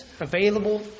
available